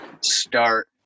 start